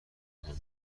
تکان